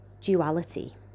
duality